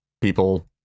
people